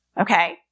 Okay